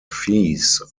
fees